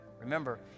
remember